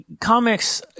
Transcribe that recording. comics